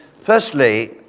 firstly